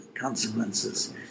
consequences